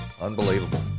Unbelievable